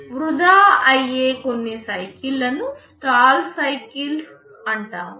వృధా అయ్యే కొన్ని సైకిళ్లను స్టాల్ సైకిల్ అంటాము